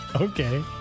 Okay